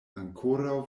ankoraŭ